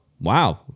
wow